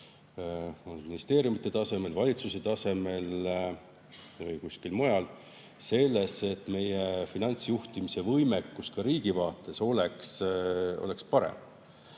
ministeeriumide tasemel, valitsuse tasemel või kuskil mujal sellesse, et meie finantsjuhtimise võimekus riigi vaates oleks parem. Riigi